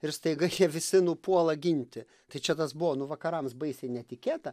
ir staiga jie visi nupuola ginti tai čia tas buvo nu vakarams baisiai netikėta